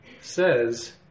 says